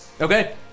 Okay